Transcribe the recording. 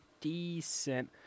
decent